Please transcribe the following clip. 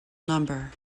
number